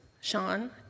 Sean